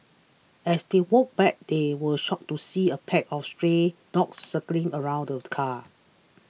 as they walked back they were shocked to see a pack of stray dogs circling around the car